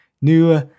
new